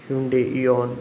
Hyundai eon